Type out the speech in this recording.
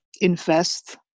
invest